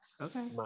Okay